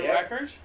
record